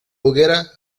hoguera